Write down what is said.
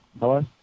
Hello